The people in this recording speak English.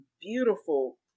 beautiful